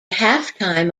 halftime